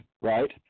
right